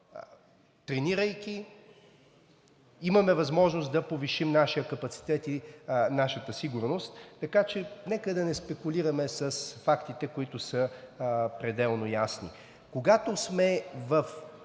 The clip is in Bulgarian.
тренирайки, имаме възможност да повишим нашия капацитет и нашата сигурност, така че нека да не спекулираме с фактите, които са пределно ясни.